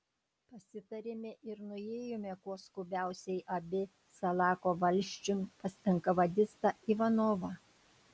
pasitarėme ir nuėjome kuo skubiausiai abi salako valsčiun pas enkavedistą ivanovą